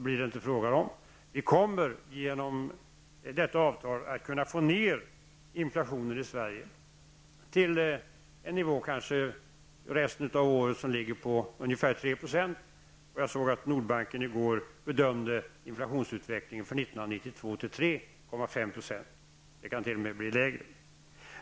Vi kommer genom detta avtal att kunna nedbringa inflationen i Sverige under resten av året till en nivå på ungefär 3 %. Jag såg att Nordbanken i går bedömde inflationsutvecklingen för 1992 till 3,5 %. Den kan t.o.m. bli lägre.